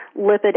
lipid